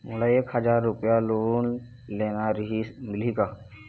मोला एक हजार रुपया लोन लेना रीहिस, मिलही का?